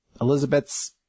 Elizabeth's